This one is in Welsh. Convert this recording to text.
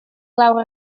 lawr